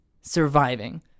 surviving